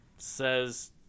says